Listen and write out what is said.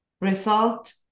Result